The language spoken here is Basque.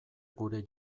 gure